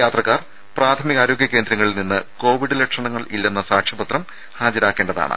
യാത്രക്കാർ പ്രാഥമികാരോഗ്യ കേന്ദ്രങ്ങളിൽ നിന്ന് കോവിഡ് ലക്ഷണങ്ങൾ ഇല്ലെന്ന സാക്ഷ്യപത്രം ഹാജരാക്കേണ്ടതാണ്